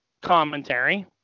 commentary